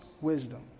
wisdom